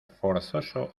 forzoso